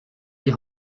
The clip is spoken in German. die